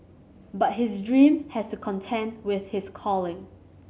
but his dream has to contend with his calling